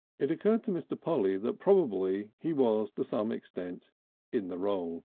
it occurred to mr. polly that probably he was to some extent in the wrong.